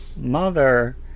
mother